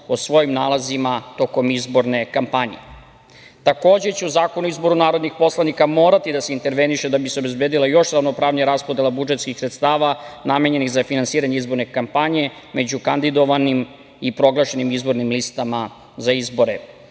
o svojim nalazima tokom izborne kampanje. Takođe će u Zakonu o izboru narodnih poslanika morati da se interveniše da bi se obezbedila još ravnopravnija raspodela budžetskih sredstava namenjenih za finansiranje izborne kampanje među kandidovanim i proglašenim izbornim listama za izbore,